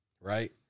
right